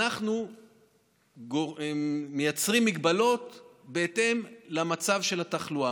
אנחנו מייצרים מגבלות בהתאם למצב התחלואה.